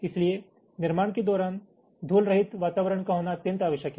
इसलिए निर्माण के दौरान धूल रहित वातावरण का होना अत्यंत आवश्यक है